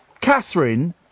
Catherine